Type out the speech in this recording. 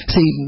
See